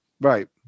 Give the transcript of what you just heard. Right